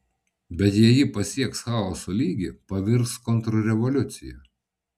bet jei ji pasieks chaoso lygį pavirs kontrrevoliucija